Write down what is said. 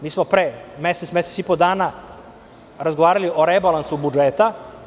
Mi smo pre mesec, mesec i po dana razgovarali o rebalansu budžeta.